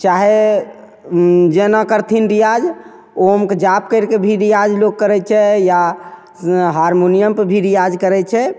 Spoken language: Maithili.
चाहे जेना करथिन रियाज ओमके जाप करिके भी रियाज लोक करय छै या हारमोनियमपर भी रियाज करय छै